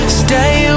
stay